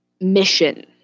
mission